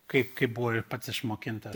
kaip kaip buvo ir pats išmokintas